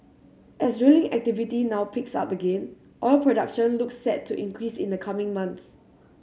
as drilling activity now picks up again oil production looks set to increase in the coming months